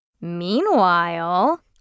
Meanwhile